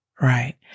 right